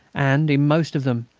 and, in most of them,